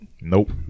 Nope